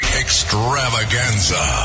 extravaganza